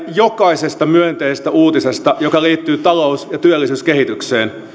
jokaisesta myönteisestä uutisesta joka liittyy talous ja työllisyyskehitykseen